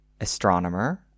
astronomer